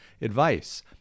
advice